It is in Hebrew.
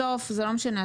בסוף זה לא משנה.